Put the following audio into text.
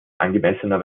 angemessener